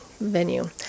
venue